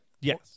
Yes